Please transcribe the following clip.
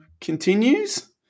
continues